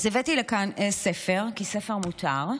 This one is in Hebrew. אז הבאתי לכאן ספר, כי ספר מותר,